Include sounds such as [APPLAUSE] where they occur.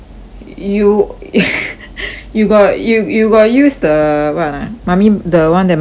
you [NOISE] you got you you got use the what ah mummy the one that mummy buy